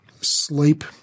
sleep